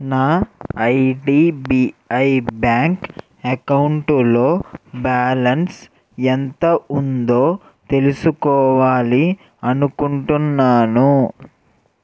నా IDBI bank అకౌంటులో balance ఎంత ఉందో తెలుసుకోవాలి అనుకుంటున్నాను